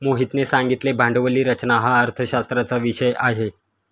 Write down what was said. मोहितने सांगितले भांडवली रचना हा अर्थशास्त्राचा विषय आहे